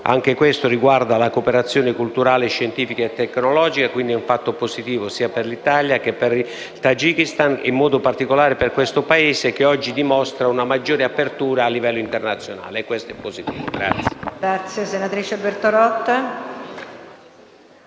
che riguarda la cooperazione culturale, scientifica e tecnologica. È, quindi, un fatto positivo sia per l'Italia che per il Tagikistan, in particolare per questo Paese, che oggi dimostra una maggiore apertura a livello internazionale, e questo è positivo.